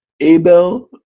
abel